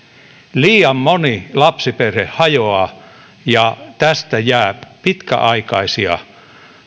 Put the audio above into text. liian moni lapsiperhe hajoaa ja tästä jää pitkäaikaisia